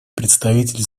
представитель